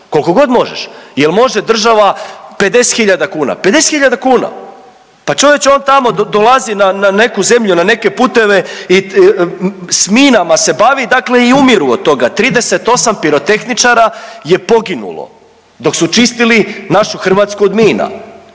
Koliko god možeš. Je l' može država 50 hiljada kuna, 50 hiljada kuna? Pa čovječe, on tamo dolazi na neku zemlju, na neke puteve i s minama se bavi dakle i umiru od toga, 38 pirotehničara je poginulo dok su čistili našu Hrvatsku od mina.